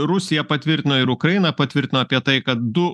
rusija patvirtino ir ukraina patvirtino apie tai kad du